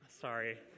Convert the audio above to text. Sorry